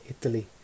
Italy